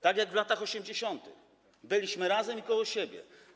Tak jak w latach 80., kiedy byliśmy razem i koło siebie.